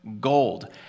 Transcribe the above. Gold